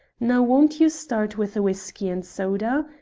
now, won't you start with a whiskey and soda,